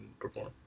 perform